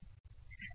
X An